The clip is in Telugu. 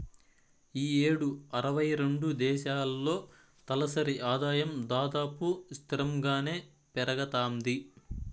ఈ యేడు అరవై రెండు దేశాల్లో తలసరి ఆదాయం దాదాపు స్తిరంగానే పెరగతాంది